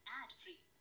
ad-free